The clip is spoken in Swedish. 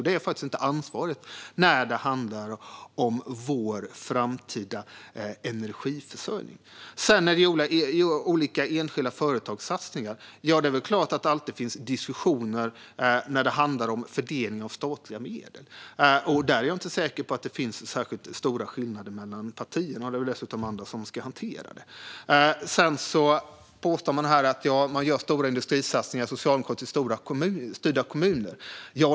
Det är faktiskt inte ansvarsfullt när det handlar om Sveriges framtida energiförsörjning. När det gäller olika enskilda företagssatsningar är det väl klart att det alltid finns diskussioner när det handlar om fördelning av statliga medel. Där är jag inte säker på att det finns särskilt stora skillnader mellan partierna, och det är dessutom andra som ska hantera detta. Man påstår att det görs stora industrisatsningar i socialdemokratiskt styrda kommuner.